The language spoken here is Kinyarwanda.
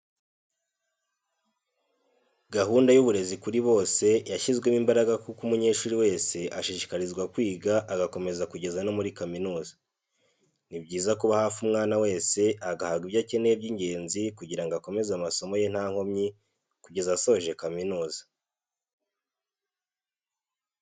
Gahunda y'uburezi kuri bose yashyizwemo imbaraga kuko umunyeshuri wese ashishikarizwa kwiga agakomeza kugeza no muri kaminuza. Ni byiza kuba hafi umwana wese agahabwa ibyo akeneye by'ingenzi kugira ngo akomeze amasomo ye nta nkomyi kugeza asoje kaminuza.